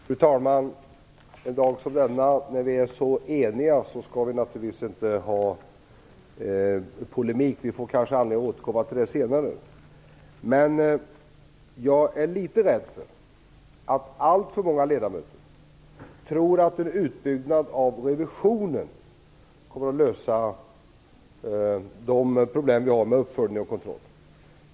Fru talman! En dag som denna då vi är så eniga skall vi naturligtvis inte föra polemik, vi kanske får anledning att återkomma senare. Men jag är litet rädd för att alltför många ledamöter tror att en utbyggnad av revisionen kommer att lösa de problem som vi har med uppföljning och kontroll.